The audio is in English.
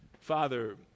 Father